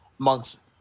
amongst